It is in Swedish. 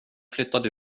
flyttade